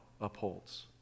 upholds